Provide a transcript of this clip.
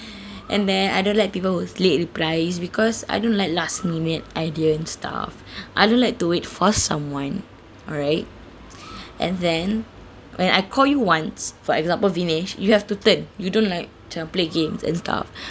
and then I don't like people who's late reply is because I don't like last minute idea and stuff I don't like to wait for someone alright and then when I call you once for example vinesh you have to turn you don't like just play games and stuff